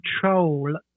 control